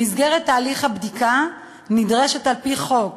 במסגרת תהליך הבדיקה נדרשת על-פי חוק